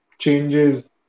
changes